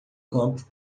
campo